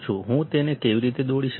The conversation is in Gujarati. હું તેને કેવી રીતે દોરી શકું